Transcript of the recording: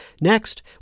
Next